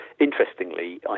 interestingly